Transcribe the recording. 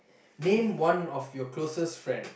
name one of your closest friend